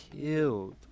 killed